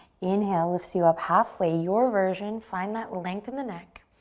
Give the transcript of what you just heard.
inhale lifts you up halfway. your version, find that length in the neck.